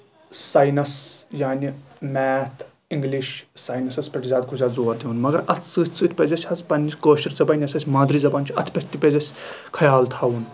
science یعنی math English sciences پٮ۪ٹھ زیادٕ کھۄتہٕ زیادٕ زور دِوان مَگر اَتھ سۭتۍ سۭتۍ پَزِ اَسہِ پَنٕنِس کٲشُر زبانۍ یۄس اسہِ مٲدری زَبان چھِ اَتھ پٮ۪ٹھ تہِ پَزِ اَسہِ خیال تھاوُن